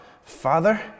father